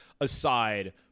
aside